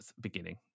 beginning